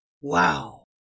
Wow